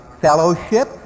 fellowship